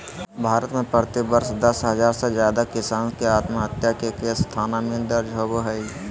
भारत में प्रति वर्ष दस हजार से जादे किसान के आत्महत्या के केस थाना में दर्ज होबो हई